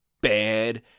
bad